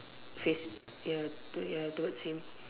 face ya toward ya towards him